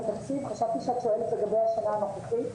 חשבתי שאת שואלת לגבי השנה הנוכחית,